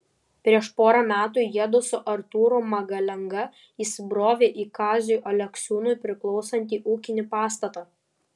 prieš porą metų jiedu su artūru magalenga įsibrovė į kaziui aleksiūnui priklausantį ūkinį pastatą